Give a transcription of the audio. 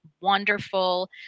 wonderful